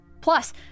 Plus